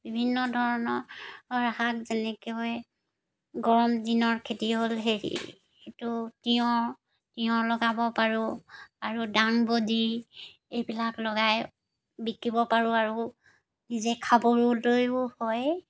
বিভিন্ন ধৰণৰ শাক যেনেকৈ হয় গৰম দিনৰ খেতি হ'ল হেৰি এইটো তিঁয়হ তিঁয়হ লগাব পাৰোঁ আৰু দাংবডি এইবিলাক লগাই বিকিব পাৰোঁ আৰু নিজে খাবলৈও হয়